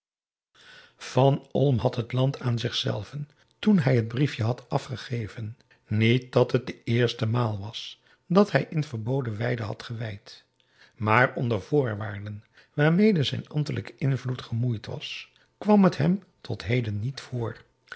van olm had t land aan zich zelven toen hij het briefje had afgegeven niet dat het de eerste maal was dat hij in verboden weiden had geweid maar onder voorwaarden waarmede zijn ambtelijke invloed gemoeid was kwam het hem tot heden niet voor